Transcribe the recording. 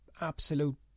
absolute